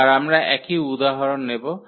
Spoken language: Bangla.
আবার আমরা একই উদাহরণ নেব